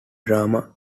drama